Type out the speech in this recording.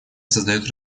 создает